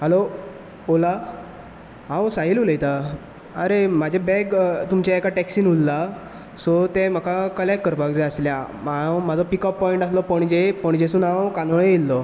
hello ओला हांव साहिल उलयता आरे म्हाजे बॅग तुमच्या एका टॅक्सिन उरल्ला सो ते म्हाका कलेक्ट करपाक जाय आसलें हांव म्हाजो पिकअप पॉयंट आसलो पणजे पणजेसून हांव कांदोळे येयल्लो